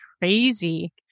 crazy